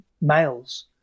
males